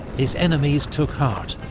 his enemies took heart.